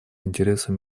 интересам